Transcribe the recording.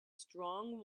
strong